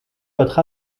votre